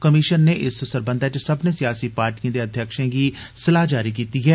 commission नै इस सरबंधै च सब्भनें सियासी पार्टिएं दे अध्यक्षें गी सलाह् जारी कीती ऐ